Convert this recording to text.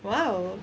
!wow!